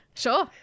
Sure